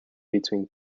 between